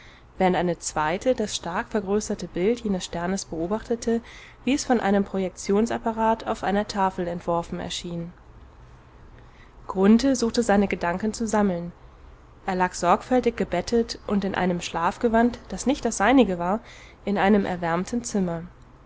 während eine zweite das stark vergrößerte bild jenes sternes beobachtete wie es von einem projektionsapparat auf einer tafel entworfen erschien grunthe suchte seine gedanken zu sammeln er lag sorgfältig gebettet und in einem schlafgewand das nicht das seinige war in einem erwärmten zimmer